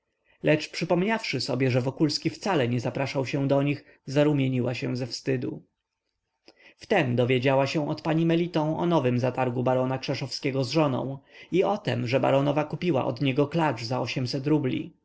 lecz przypomniawszy sobie że wokulski wcale nie zapraszał się do nich zarumieniła się ze wstydu wtem dowiedziała się od pani meliton o nowym zatargu barona krzeszowskiego z żoną i o tem że baronowa kupiła od niego klacz za rubli